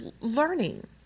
learning